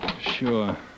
Sure